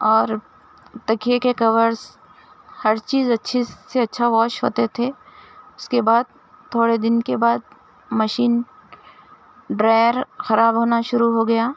اور تکیے کے کورس ہر چیز اچّھے سے اچّھا واش ہوتے تھے اس کے بعد تھوڑے دن کے بعد مشین ڈرایر خراب ہونا شروع ہو گیا